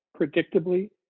predictably